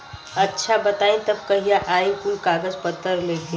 अच्छा बताई तब कहिया आई कुल कागज पतर लेके?